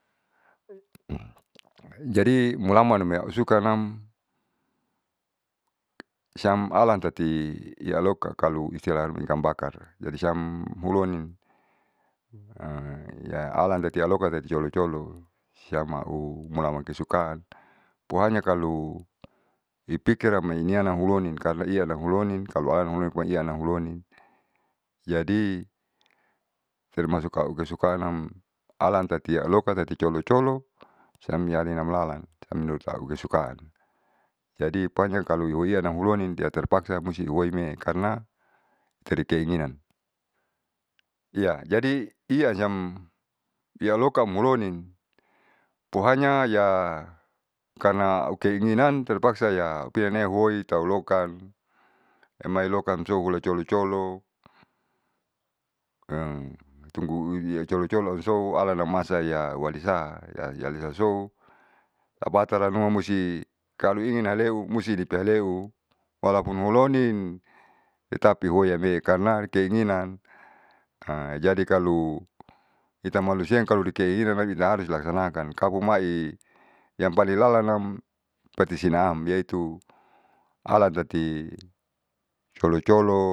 jadi mulamani ausukanam siam alan tati ialoka kalu istilah haruma ikan bakar. Jadi samuloni iya alan tati aloka tati colo colo siam aumulaman kesukaan pokonya kalu ipikiran mainiananhulonin karna ianamhulonin kalu alanamhulonin pokonya ianamhulonin. Jadi termasuk aukesukaanam alan tati ialoka tati colo colo samyale nanlalan siam menurut aukesukaan. Jadi pokonya kalu ihuiananhulonin iya terpaksa musti huoime'e karna jadi keinginan. Iya jadi iya siam iya lokamulonin pokonya yah karna aukeinginan terpaksa yah aupiinehuoi taulokan emailokanso ula colo colo tunggu lia colo colo aunso alanamasaiya aualisa alisasou hataranuma musti kalu ingin haleu musti di pihaleu walaupun hulonin tetapi huoi hame'e karna keinginan. jadi kalu ita malusia kalu ita keinginan ita harus laksanakan kaumai yang paling lalanam patisinaam dia itu alan tati colo colo